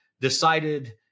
decided